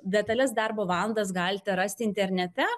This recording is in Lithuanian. detales darbo valandas galite rasti internete